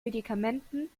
medikamenten